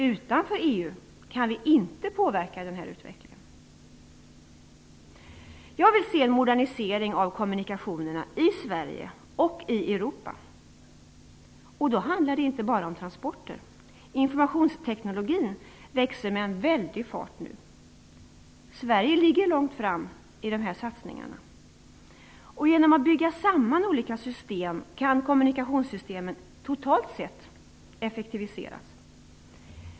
Utanför EU kan vi inte påverka denna utvecklingen. Jag vill se en modernisering av kommunikationerna i Sverige och i Europa. Då handlar det inte bara om transporter. Informationsteknologin växer med en väldig fart nu. Sverige ligger långt fram i de satsningarna. Genom att bygga samman olika system kan kommunikationssystemen totalt sett effektiviseras.